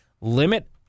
limit